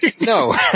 No